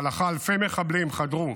שבמהלכה אלפי מחבלים חדרו